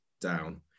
down